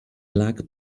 black